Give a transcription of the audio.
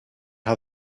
how